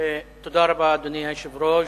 אדוני היושב-ראש,